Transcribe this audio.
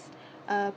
uh